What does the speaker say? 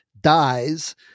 dies